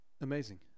Amazing